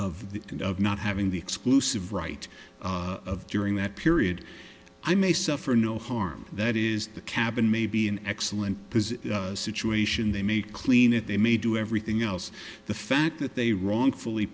end of not having the exclusive right of during that period i may suffer no harm that is the cabin may be an excellent situation they may clean it they may do everything else the fact that they wrongfully